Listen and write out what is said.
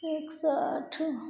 एक सए आठ